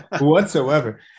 whatsoever